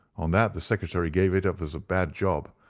on that the secretary gave it up as a bad job,